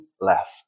left